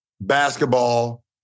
basketball